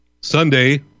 Sunday